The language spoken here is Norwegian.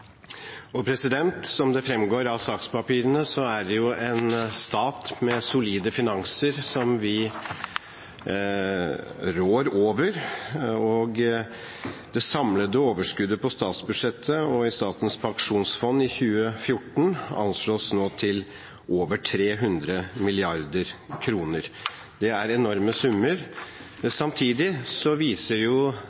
Som det fremgår av sakspapirene, er det en stat med solide finanser vi rår over. Det samlede overskuddet på statsbudsjettet og i Statens pensjonsfond i 2014 anslås nå til over 300 mrd. kr. Det er enorme summer.